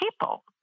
people